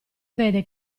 vede